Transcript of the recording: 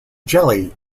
jelly